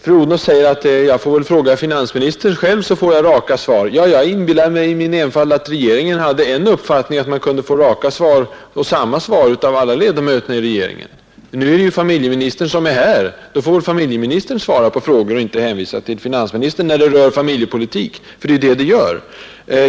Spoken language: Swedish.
Fru Odhnoff säger att jag får väl fråga finansministern själv, så får jag raka svar. Ja, jag inbillade mig i min enfald att regeringen hade en uppfattning och att man kunde få raka svar och samma svar av alla ledamöterna i regeringen. Nu är det ju familjeministern som är här och då får väl familjeministern svara på frågor och inte hänvisa till finansministern. Det rör ju familjepolitik.